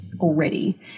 already